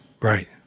Right